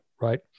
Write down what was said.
right